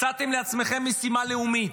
מצאתם לעצמכם משימה לאומית,